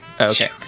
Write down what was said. Okay